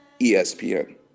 ESPN